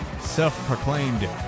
self-proclaimed